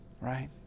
Right